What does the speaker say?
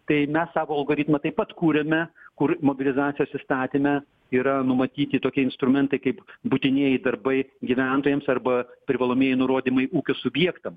tai mes savo algoritmą taip pat kuriame kur mobilizacijos įstatyme yra numatyti tokie instrumentai kaip būtinieji darbai gyventojams arba privalomieji nurodymai ūkio subjektam